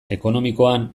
ekonomikoan